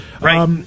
Right